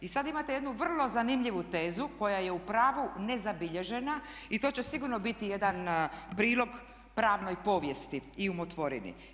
I sad imate jednu vrlo zanimljivu tezu koja je u pravu nezabilježena i to će sigurno biti jedan prilog pravnoj povijesti i umotvorini.